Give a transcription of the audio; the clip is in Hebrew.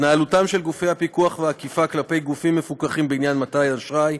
התנהלותם של גופי הפיקוח והאכיפה כלפי גופים מפוקחים בעניין מתן אשראי,